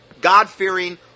God-fearing